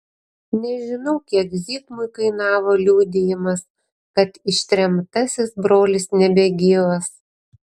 nežinau kiek zigmui kainavo liudijimas kad ištremtasis brolis nebegyvas